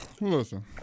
Listen